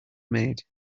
made